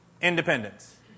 Independence